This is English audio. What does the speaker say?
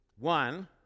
one